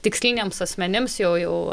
tiksliniams asmenims jau jau